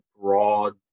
broad